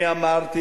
אני אמרתי.